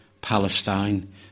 Palestine